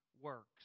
works